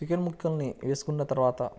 chicken ముక్కలని వేసుకున్న తర్వాత